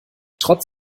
trotz